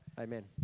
Amen